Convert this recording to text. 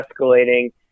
escalating